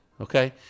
okay